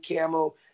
camo